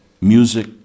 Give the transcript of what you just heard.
Music